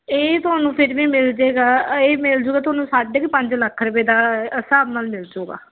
ਇਹ ਤੁਹਾਨੂੰ ਫਿਰ ਵੀ ਮਿਲ ਜਾਵੇਗਾ ਇਹ ਮਿਲ ਜੂਗਾ ਤੁਹਾਨੂੰ ਸਾਢੇ ਕੁ ਪੰਜ ਲੱਖ ਰੁਪਏ ਦਾ ਹਿਸਾਬ ਨਾਲ ਮਿਲ ਜੂਗਾ